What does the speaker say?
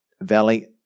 Valley